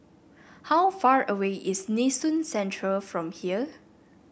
how far away is Nee Soon Central from here